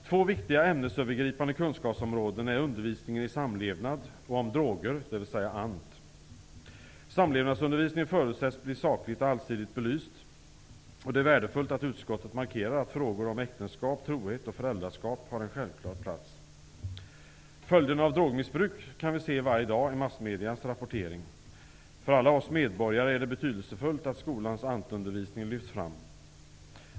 Två viktiga ämnesövergripande kunskapsområden är undervisningen i samlevnad och undervisningen om droger, dvs. ANT. Samlevnadsfrågorna förutsätts bli sakligt och allsidigt belysta. Det är värdefullt att utskottet markerar att frågor om äktenskap, trohet och föräldraskap har en självklar plats. Följderna av drogmissbruk kan vi se varje dag i massmedias rapportering. För alla oss medborgare är det betydelsefullt att skolans ANT-undervisning lyfts fram.